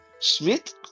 Schmidt